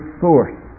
source